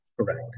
Correct